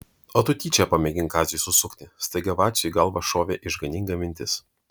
o tu tyčia pamėgink kaziui susukti staiga vaciui į galvą šovė išganinga mintis